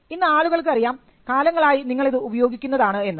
ഇന്ന് ആളുകൾക്ക് അറിയാം കാലങ്ങളായി നിങ്ങൾ ഇത് ഉപയോഗിക്കുന്നതാണെന്ന്